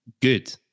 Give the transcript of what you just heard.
good